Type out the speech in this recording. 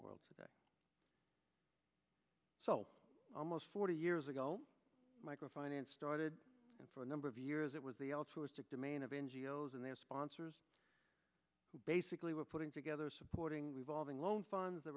world today so almost forty years ago micro finance started and for a number of years it was the altruistic domain of n g o s and their sponsors who basically were putting together supporting revolving loan funds that